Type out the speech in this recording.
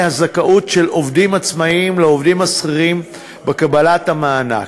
הזכאות של עובדים עצמאים לעובדים שכירים בקבלת המענק.